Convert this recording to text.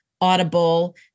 Audible